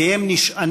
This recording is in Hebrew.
כי הם נשענים